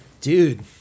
Dude